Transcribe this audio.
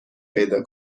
پیدا